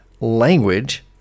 language